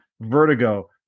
Vertigo